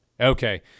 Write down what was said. Okay